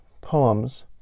poems